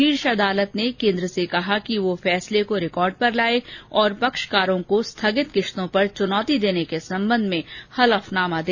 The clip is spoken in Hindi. शीर्ष अदालत ने केंद्र से कहा कि वह फैसले को रिकॉर्ड पर लाए और पक्षकारों को स्थगित किश्तों पर चुनौती देने के संबंध में हलफनामा दे